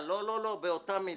לא, לא, לא, הם באותה מידה.